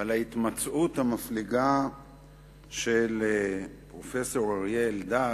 ועל ההתמצאות המפליגה של פרופסור אריה אלדד